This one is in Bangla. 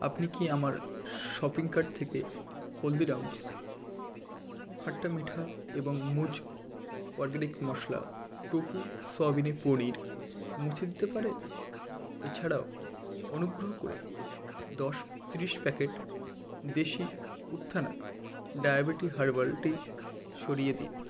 আপনি কি আমার শপিং কার্ট থেকে হলদিরামস খাট্টা মিঠা এবং মুজ অর্গ্যানিক মশলা টোফু সয়াবিনের পনির মুছে দিতে পারেন এছাড়াও অনুগ্রহ করে দশ তিরিশ প্যাকেট দেশি উত্থনা ডায়াবেটি হার্বাল টি সরিয়ে দিন